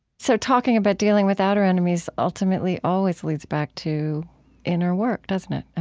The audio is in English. so talking about dealing with outer enemies ultimately always leads back to inner work, doesn't it?